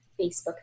Facebook